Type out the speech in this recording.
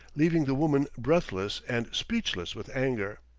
leaving the woman breathless and speechless with anger.